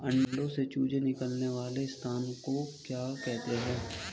अंडों से चूजे निकलने वाले स्थान को क्या कहते हैं?